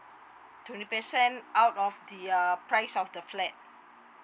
twenty percent out of the uh price of the flat